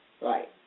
Right